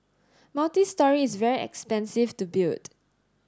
multi story is very expensive to build